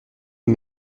est